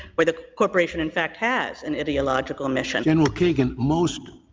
where the corporation, in fact, has an ideological mission. general keegan, most.